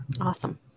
awesome